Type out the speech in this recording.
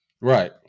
Right